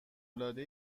العاده